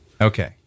Okay